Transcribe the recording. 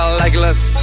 legless